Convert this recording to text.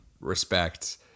respect